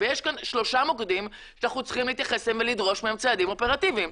יש כאן שלושה מוקדים שאנחנו צריכים אליהם ולדרוש מהם צעדים אופרטיביים.